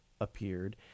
appeared